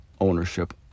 ownership